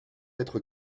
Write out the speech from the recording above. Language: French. être